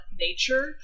nature